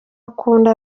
akunda